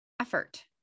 effort